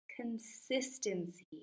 consistency